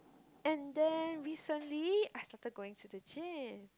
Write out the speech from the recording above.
and then recently I started going to the gym